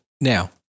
Now